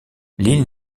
l’île